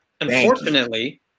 unfortunately-